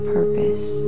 purpose